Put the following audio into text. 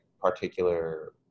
particular